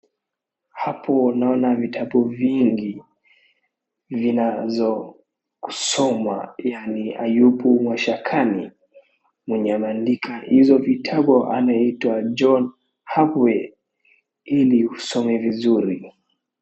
Hapo naona vitabu vingi vya kusoma yaani Ayubu mashakani, mwenye ameandika vitabu hivyo anaitwa John Habwe ili usome vizuri.